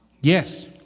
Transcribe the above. Yes